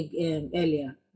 earlier